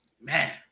Man